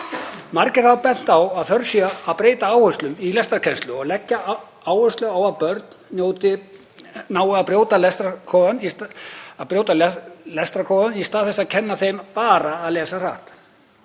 Margir hafa bent á að þörf sé á að breyta áherslum í lestrarkennslu og leggja áherslu á að börn nái að brjóta lestrarkóðann í stað þess að kenna þeim bara að lesa hratt.